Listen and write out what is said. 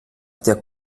der